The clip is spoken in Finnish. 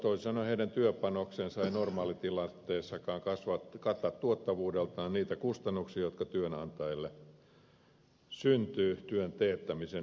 toisin sanoen heidän työpanoksensa ei normaalitilanteessakaan kata tuottavuudeltaan niitä kustannuksia joita työnantajille syntyy työn teettämisen myötä